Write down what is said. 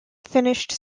finished